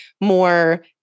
more